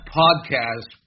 podcast